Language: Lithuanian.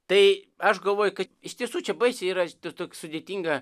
tai aš galvoju kad iš tiesų čia baisiai yra tas sudėtinga